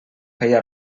feia